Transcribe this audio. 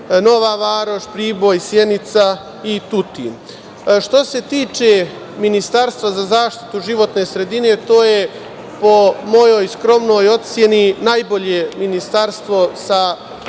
Nova Varoš, Priboj, Sjenica i Tutin. Što se tiče Ministarstva za zaštitu životne sredine, to je po mojoj skromnoj oceni, najbolje Ministarstvo u